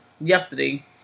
yesterday